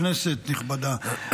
כנסת נכבדה,